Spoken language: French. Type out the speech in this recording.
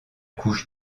couche